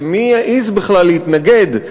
ומי יעז בכלל להתנגד,